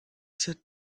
sat